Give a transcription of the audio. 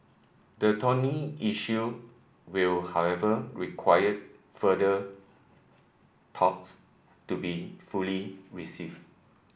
the thorny issue will however required further talks to be fully received